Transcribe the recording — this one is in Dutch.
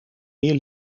meer